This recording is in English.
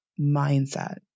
mindset